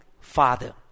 father